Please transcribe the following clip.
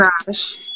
trash